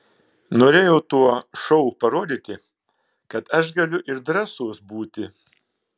norėjau tuo šou parodyti kad aš galiu ir drąsus būti